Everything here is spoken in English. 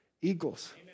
eagles